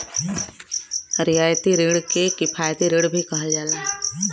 रियायती रिण के किफायती रिण भी कहल जाला